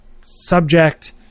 subject